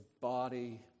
body